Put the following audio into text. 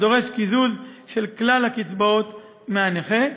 הדורש קיזוז של כלל הקצבאות מהנכה.